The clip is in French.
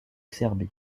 serbie